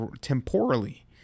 temporally